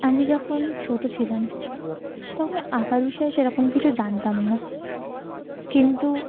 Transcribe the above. আমি যখন ছোট ছিলাম তখন আঁকার বিষয়ে সেরকম কিছু জানতাম না কিন্তু